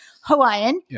Hawaiian